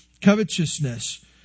covetousness